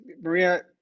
maria